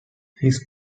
his